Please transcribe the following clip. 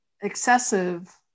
excessive